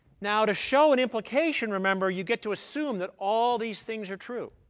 now, to show and implication, remember, you get to assume that all these things are true.